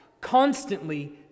constantly